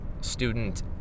student